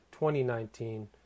2019